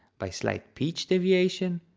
by slight pitch deviations?